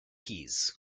keys